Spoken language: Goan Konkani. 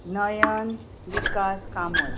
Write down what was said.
नयन विकास कामत